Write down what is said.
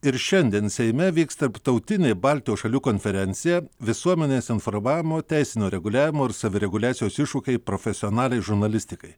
ir šiandien seime vyks tarptautinė baltijos šalių konferencija visuomenės informavimo teisinio reguliavimo ir savireguliacijos iššūkiai profesionaliai žurnalistikai